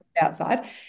outside